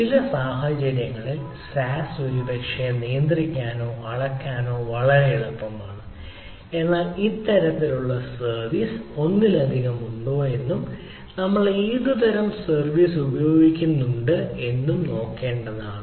ചില സാഹചര്യങ്ങളിൽ SaaS ഒരുപക്ഷേ നിയന്ത്രിക്കാനോ അളക്കാനോ വളരെ എളുപ്പമാണ് എന്നാൽ ഇത്തരത്തിലുള്ള സർവീസ് ഒന്നിലധികം ഉണ്ടോ എന്ന് നമ്മൾ ഏതുതരം സർവീസ് ഉപയോഗപ്പെടുത്തുന്നത് എന്ന് നോക്കേണ്ടതുണ്ട്